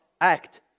act